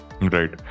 Right